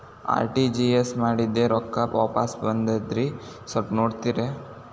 RTGS ಮಾಡಿದ್ದೆ ರೊಕ್ಕ ವಾಪಸ್ ಬಂದದ್ರಿ ಸ್ವಲ್ಪ ನೋಡ್ತೇರ?